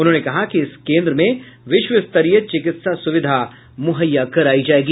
उन्होंने कहा कि इस केन्द्र में विश्वस्तरीय चिकित्सा सुविधा मुहैया करायी जायेगी